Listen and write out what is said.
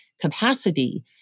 capacity